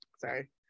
Sorry